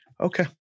Okay